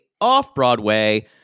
off-Broadway